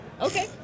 Okay